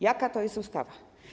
Jaka to jest ustawa?